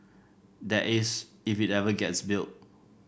that is if it ever gets built